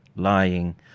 Lying